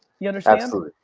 you understand? absolutely,